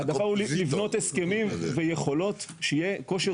ההעדפה היא לבנות הסכמים ויכולות שיהיה כושר